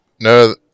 No